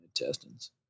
intestines